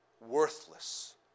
worthless